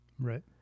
right